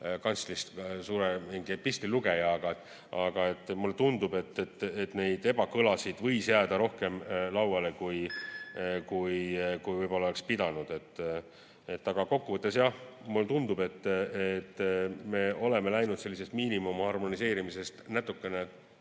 kantslist mingi epistlilugejaga, aga mulle tundub, et neid ebakõlasid võis jääda lauale rohkem, kui võib-olla oleks pidanud. Aga kokkuvõttes jah, mulle tundub, et me oleme läinud sellisest miinimumharmoniseerimisest natukene